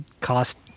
cost